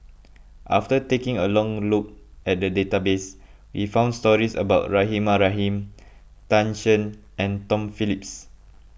after taking a long look at the database we found stories about Rahimah Rahim Tan Shen and Tom Phillips